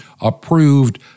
approved